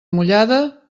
mullada